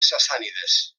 sassànides